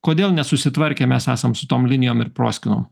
kodėl nesusitvarkę mes esam su tom linijom ir proskynom